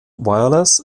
wireless